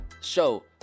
show